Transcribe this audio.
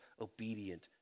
obedient